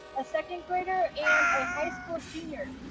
a second grader and a high school senior.